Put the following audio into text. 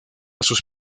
sus